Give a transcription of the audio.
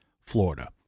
Florida